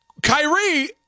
Kyrie